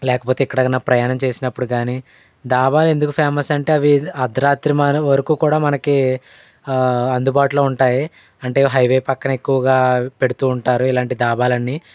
లేకపోతే ఎక్కడికన్నా ప్రయాణం చేసినప్పుడు కానీ డాబాలు ఎందుకు ఫేమస్ అంటే అవి అర్ధరాత్రి మాను వరకు కూడా మనకి అందుబాటులో ఉంటాయి అంటే హైవే పక్కన ఎక్కువగా పెడుతూ ఉంటారు ఇలాంటి డాబాలన్నీ